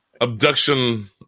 Abduction